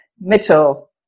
Mitchell